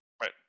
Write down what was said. Right